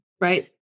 Right